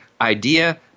idea